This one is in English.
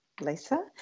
Lisa